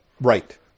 right